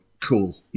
cool